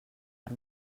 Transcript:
per